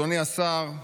אדוני השר,